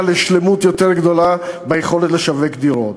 לשלמות יותר גדולה ביכולת לשווק דירות.